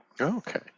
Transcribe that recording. Okay